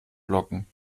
bloggen